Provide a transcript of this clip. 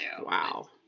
Wow